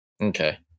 Okay